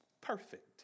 perfect